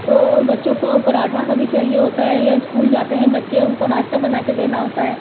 تو اور بچوں کو پراٹھا کبھی چاہیے ہوتا ہے یا اسکول جاتے ہیں بچے ان کو ناشتہ بنا کے دینا ہوتا ہے